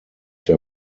der